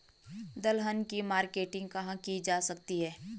दलहन की मार्केटिंग कहाँ की जा सकती है?